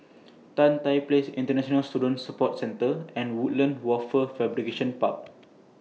Tan Tye Place International Student Support Centre and Woodlands Wafer Fabrication Park